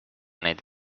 neid